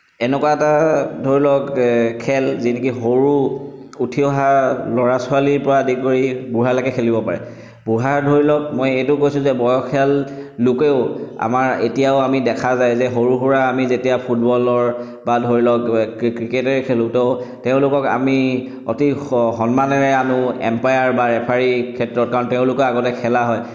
এনকুৱা এটা ধৰি লওক খেল যি নেকি সৰু উঠি অহা ল'ৰা ছোৱালীৰ পৰা আদি কৰি বুঢ়ালৈকে খেলিব পাৰে বুঢ়া ধৰি লওক মই এইটো কৈছোঁ যে বয়সীয়াল লোকেও আমাৰ এতিয়াও আমি দেখা যায় যে সৰু সুৰা আমি যেতিয়া ফুটবলৰ বা ধৰি লওক ক্ৰিকেটেই খেলোঁ তো তেওঁলোকক আমি অতি স সন্মানেৰে আনো এম্পায়াৰ বা ৰেফাৰিৰ ক্ষেত্ৰত কাৰণ তেওঁলোকে আগতে খেলা হয়